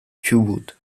chubut